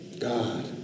God